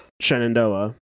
shenandoah